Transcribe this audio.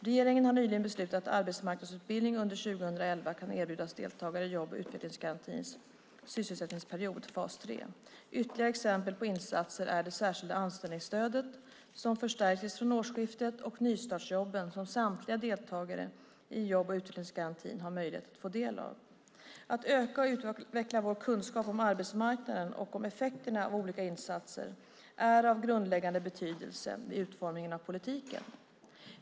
Regeringen har nyligen beslutat att arbetsmarknadsutbildning under 2011 kan erbjudas deltagare i jobb och utvecklingsgarantins sysselsättningsperiod, fas 3. Ytterligare exempel på insatser är det särskilda anställningsstödet som förstärktes från årsskiftet och nystartsjobben som samtliga deltagare i jobb och utvecklingsgarantin har möjlighet att få del av. Att öka och utveckla vår kunskap om arbetsmarknaden och om effekterna av olika insatser är av grundläggande betydelse vid utformningen av politiken.